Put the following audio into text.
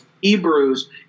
Hebrews